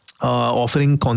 offering